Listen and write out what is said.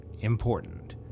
important